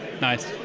nice